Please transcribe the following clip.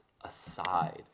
aside